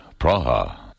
Praha